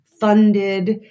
funded